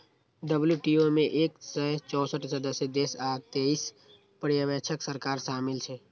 WTO मे एक सय चौंसठ सदस्य देश आ तेइस पर्यवेक्षक सरकार शामिल छै